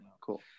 cool